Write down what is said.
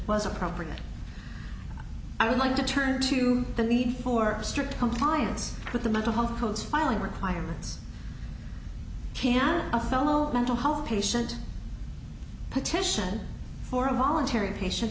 was appropriate i would like to turn to the need for strict compliance with the mental health codes filing requirements can a fellow mental health patient petition for a voluntary patient